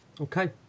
Okay